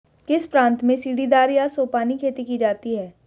किस प्रांत में सीढ़ीदार या सोपानी खेती की जाती है?